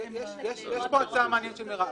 יש פה הצעה מעניינת של מרב.